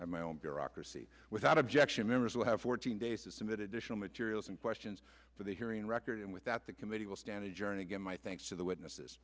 i my own bureaucracy without objection members will have fourteen days to submit additional materials and questions for the hearing record and with that the committee will stand adjourned again my thanks to the witnesses